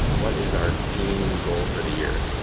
what is our team goal for the year?